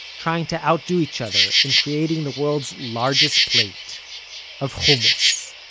trying to outdo each other in creating the world's largest plate of, hummus.